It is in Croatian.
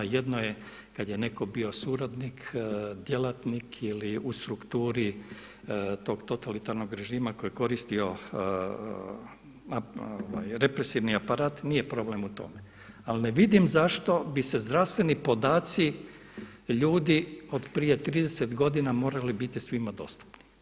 Jedno je kada je netko bio suradnik, djelatnik ili u strukturi tog totalitarnog režima koji je koristio represivni aparat nije problem u tome, ali ne vidim zašto bi se zdravstveni podaci ljudi od prije 30 godina morali biti svima dostupni.